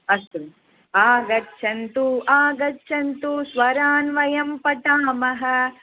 अस्तु आगच्छन्तु आगच्छन्तु स्वरान् वयं पठामः